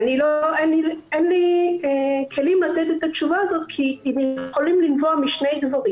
אין לי כלים לתת את התשובה הזאת כי הם יכולים לנבוע משני דברים.